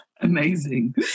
Amazing